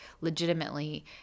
legitimately